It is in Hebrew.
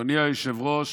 אדוני היושב-ראש,